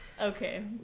okay